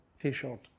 t-shirt